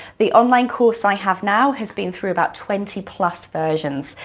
the online course i have now has been through about twenty plus versions.